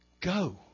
go